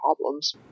problems